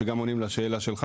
וגם עונים לשאלה שלך,